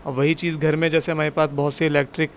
اور وہی چیز گھر میں جیسے ہمارے پاس بہت سے الیکٹرک